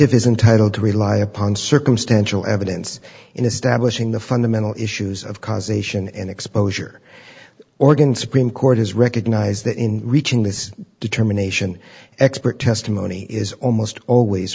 ff is entitle to rely upon circumstantial evidence in establishing the fundamental issues of cause ation an exposure organ supreme court has recognized that in reaching this determination expert testimony is almost always